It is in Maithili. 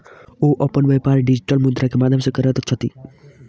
ओ अपन व्यापार डिजिटल मुद्रा के माध्यम सॅ करैत छथि